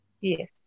Yes